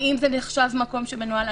האם זה נחשב מקום שמנוהל?